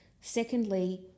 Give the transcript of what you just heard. Secondly